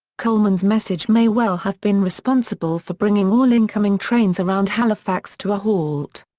coleman's message may well have been responsible for bringing all incoming trains around halifax to a halt.